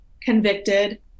convicted